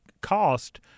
cost